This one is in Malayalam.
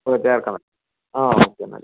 ഓ ചേർക്കണം ആ ഓക്കെ എന്നാൽ